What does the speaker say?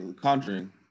conjuring